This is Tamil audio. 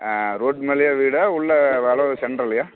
ஆ ரோட்டு மேலேயே வீடா உள்ளே வளைவு சென்டர்லையா